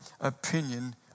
opinion